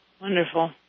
Wonderful